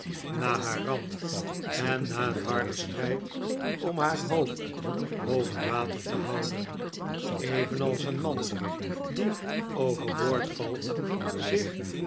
na haar ramp en na een harden strijd om haar hoofd boven water te houden evenals een man die overboord valt zich